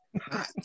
hot